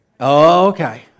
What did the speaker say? Okay